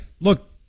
Look